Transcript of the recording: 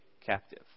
captive